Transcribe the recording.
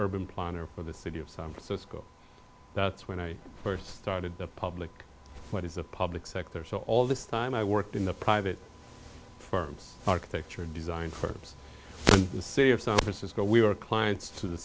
urban planner for the city of san francisco that's when i first started the public monies of public sector so all this time i worked in the private for architecture design firms the city of san francisco we were clients to the